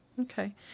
Okay